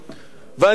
ואני למד